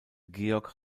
georg